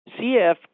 CF